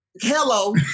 Hello